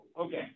okay